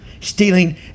Stealing